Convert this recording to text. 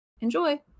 Enjoy